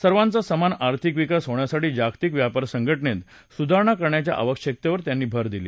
सर्वांचा समान आर्थिक विकास होण्यासाठी जागतिक व्यापार संघ जित सुधारणा करण्याच्या आवश्यकतेवर देखील त्यांनी भर दिला